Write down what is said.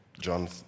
John